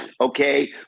okay